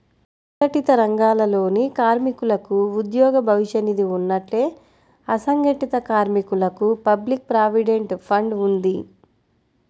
సంఘటిత రంగాలలోని కార్మికులకు ఉద్యోగ భవిష్య నిధి ఉన్నట్టే, అసంఘటిత కార్మికులకు పబ్లిక్ ప్రావిడెంట్ ఫండ్ ఉంది